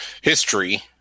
history